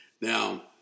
Now